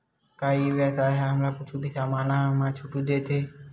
का ई व्यवसाय ह हमला कुछु भी समान मा छुट देथे?